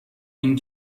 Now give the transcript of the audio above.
این